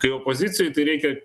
kai opozicijoj reikia